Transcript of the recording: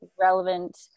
relevant